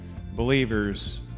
believers